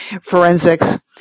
forensics